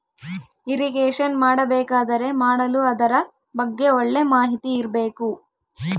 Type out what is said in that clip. irrigation ಮಾಡಬೇಕಾದರೆ ಮಾಡಲು ಅದರ ಬಗ್ಗೆ ಒಳ್ಳೆ ಮಾಹಿತಿ ಇರ್ಬೇಕು